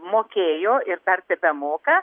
mokėjo ir dar tebemoka